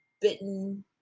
bitten